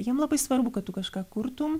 jiem labai svarbu kad tu kažką kurtum